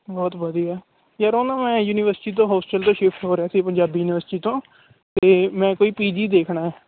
ਬਹੁਤ ਵਧੀਆ ਯਾਰ ਉਹ ਨਾ ਮੈਂ ਯੂਨੀਵਰਸਿਟੀ ਤੋਂ ਹੋਸਟਲ ਤੋਂ ਸ਼ਿਫਟ ਹੋ ਰਿਹਾ ਸੀ ਪੰਜਾਬੀ ਯੂਨੀਵਰਸਿਟੀ ਤੋਂ ਅਤੇ ਮੈਂ ਕੋਈ ਪੀ ਜੀ ਦੇਖਣਾ